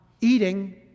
eating